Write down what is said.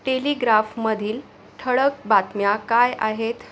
टेलिग्राफमधील ठळक बातम्या काय आहेत